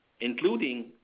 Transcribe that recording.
including